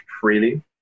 freely